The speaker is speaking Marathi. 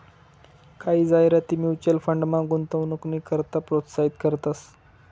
कायी जाहिराती म्युच्युअल फंडमा गुंतवणूकनी करता प्रोत्साहित करतंस